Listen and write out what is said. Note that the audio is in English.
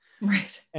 Right